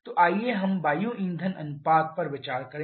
तो आइए हम वायु ईंधन अनुपात पर विचार करें